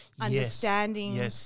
understanding